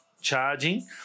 charging